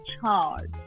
charge